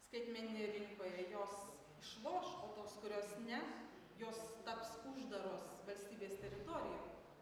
skaitmeninėje rinkoje jos išloš o tos kurios ne jos taps uždaros valstybės teritorijoje